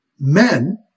men